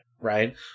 right